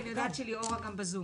אני לא ראיתי פה בזום,